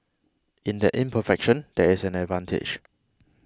in that imperfection there is an advantage